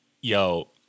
yo